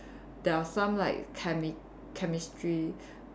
there are some like Chemi~ Chemistry